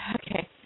okay